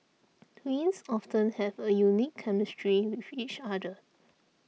twins often have a unique chemistry with each other